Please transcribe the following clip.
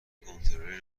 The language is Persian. کنترلی